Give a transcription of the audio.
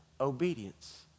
obedience